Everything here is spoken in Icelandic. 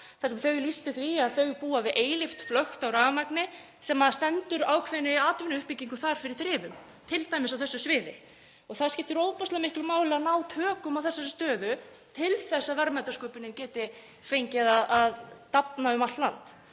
Þau lýstu því að þau búa við eilíft flökt á rafmagni sem stendur ákveðinni atvinnuuppbyggingu þar fyrir þrifum, t.d. á þessu sviði. Það skiptir ofboðslega miklu máli að ná tökum á þessari stöðu til þess að verðmætasköpunin geti fengið að dafna um allt land.